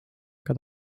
aga